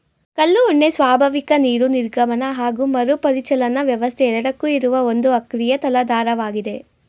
ಕಲ್ಲು ಉಣ್ಣೆ ಸ್ವಾಭಾವಿಕ ನೀರು ನಿರ್ಗಮನ ಹಾಗು ಮರುಪರಿಚಲನಾ ವ್ಯವಸ್ಥೆ ಎರಡಕ್ಕೂ ಇರುವ ಒಂದು ಅಕ್ರಿಯ ತಲಾಧಾರವಾಗಿದೆ